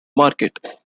market